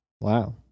Wow